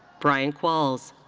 brian qualls.